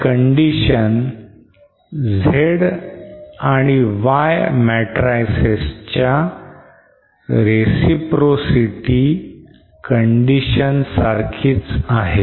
he condition Z and Y matrices च्या reciprocity condition सारखीच आहे